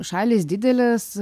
šalys didelės